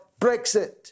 Brexit